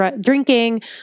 drinking